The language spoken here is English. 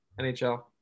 NHL